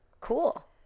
Cool